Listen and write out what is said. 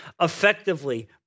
effectively